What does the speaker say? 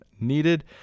needed